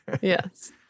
Yes